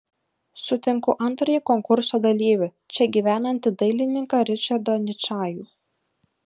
sutinku antrąjį konkurso dalyvį čia gyvenantį dailininką ričardą ničajų